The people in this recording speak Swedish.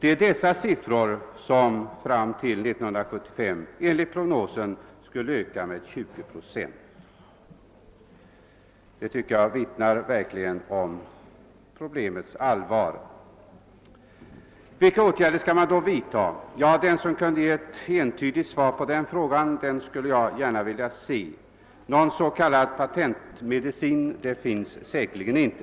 Det är dessa siffror som enligt prognosen skulle öka med 20 procent fram till 1975. Det vittnar verkligen om problemets allvar. Ja, den som kan ge ett entydigt svar på den frågan skulle jag vilja se; någon s.k. patentmedicin finns säkerligen inte.